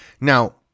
Now